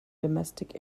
domestic